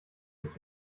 ist